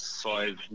five